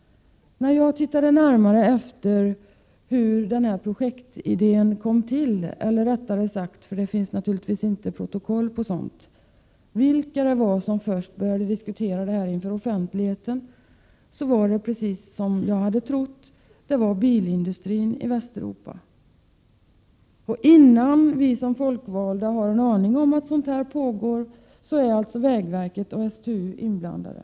När jag närmare undersökte hur den här projektidén kom till — eller rättare sagt, för det finns naturligtvis inte protokoll på sådant här, när jag undersökte vilka det var som först började diskutera dessa saker offentligt — fann jag att det var precis som jag hade trott: det var bilindustrin i Västeuropa som stod bakom det hela. Innan ens vi folkvalda har en aning om att sådant här pågår är alltså vägverket och STU inblandade.